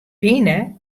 pine